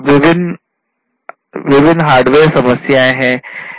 विभिन्न हार्डवेयर समस्याएँ हैं